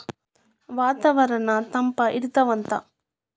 ವಾತಾವರಣನ್ನ ತಂಪ ಇಡತಾವಂತ